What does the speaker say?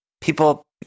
people